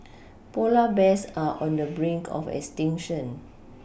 polar bears are on the brink of extinction